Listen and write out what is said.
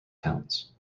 towns